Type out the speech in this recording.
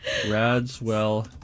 Radswell